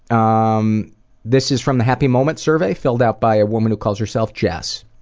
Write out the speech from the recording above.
um this is from the happy moments survey, filled out by a woman who calls herself jess.